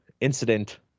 incident